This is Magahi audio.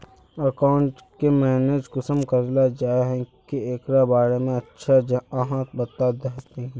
अकाउंट के मैनेज कुंसम कराल जाय है की एकरा बारे में अच्छा से आहाँ बता देतहिन?